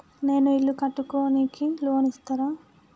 నేను ఇల్లు కట్టుకోనికి లోన్ ఇస్తరా?